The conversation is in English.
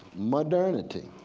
modernity.